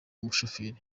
umushoferi